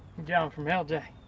jon from ellijay.